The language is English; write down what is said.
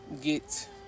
get